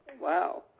Wow